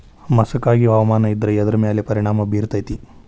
ಮಸಕಾಗಿ ಹವಾಮಾನ ಇದ್ರ ಎದ್ರ ಮೇಲೆ ಪರಿಣಾಮ ಬಿರತೇತಿ?